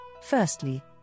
Firstly